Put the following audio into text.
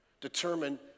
determine